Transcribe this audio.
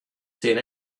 seen